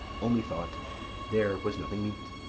o, methought there was nothing meet.